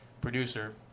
producer